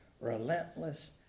relentless